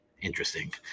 interesting